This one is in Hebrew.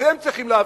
אתם צריכים להבין,